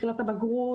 בחינות הבגרות,